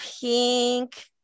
pink